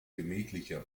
gemächlicher